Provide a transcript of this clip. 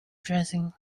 dressing